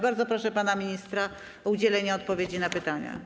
Bardzo proszę pana ministra o udzielenie odpowiedzi na pytania.